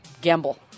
gamble